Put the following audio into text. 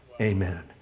Amen